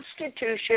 Constitution